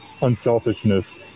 unselfishness